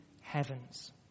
heavens